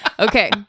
Okay